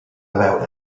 veure